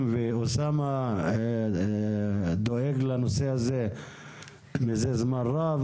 וגם אוסמה דואג לנושא הזה מזה זמן רב.